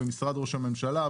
במשרד ראש הממשלה,